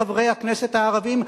חברי הכנסת הערבים,